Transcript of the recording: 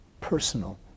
personal